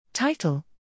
Title